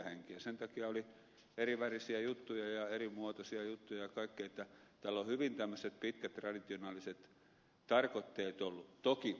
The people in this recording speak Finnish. sen takia oli erivärisiä juttuja ja erimuotoisia juttuja ja kaikkea niin että tällä on hyvin tämmöiset pitkät traditionaaliset tarkoitteet ollut toki